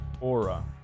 Aura